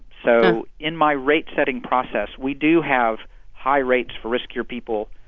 so in my rate-setting process, we do have high rates for riskier people,